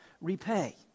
repay